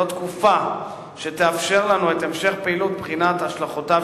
זו תקופה שתאפשר לנו את המשך פעילות בחינת השלכותיו